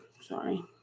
sorry